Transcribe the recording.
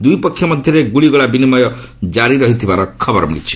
ଦୁଇ ପକ୍ଷ ମଧ୍ୟରେ ଗୁଳିଗୋଳା ବିନିମୟ ଜାରି ରହିଥିବାର ଖବର ମିଳିଛି